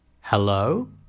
Hello